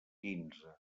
quinze